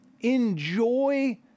enjoy